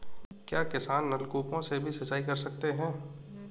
क्या किसान नल कूपों से भी सिंचाई कर सकते हैं?